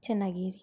ಚೆನ್ನಾಗಿ ಇರಿ